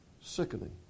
Sickening